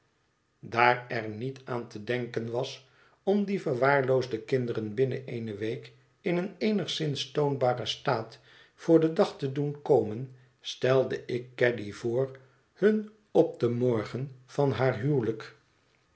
daar er niet aan te denken was om die verwaarloosde kinderen binnen eene week in een eenigszins toonbaren staat voor den dag te doen komen stelde ik caddy voor hun op den morgen van haar huwelijk